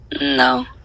No